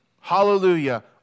Hallelujah